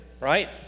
right